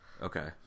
Okay